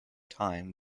time